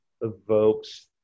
evokes